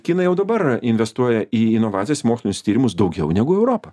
kinai jau dabar investuoja į inovacijas mokslinius tyrimus daugiau negu europa